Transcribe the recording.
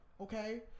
Okay